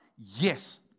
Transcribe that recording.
Yes